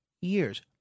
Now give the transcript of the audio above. years